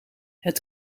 het